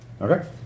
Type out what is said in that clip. Okay